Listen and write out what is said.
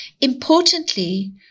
Importantly